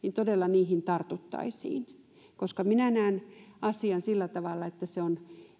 todella tartuttaisiin minä näen asian sillä tavalla että se on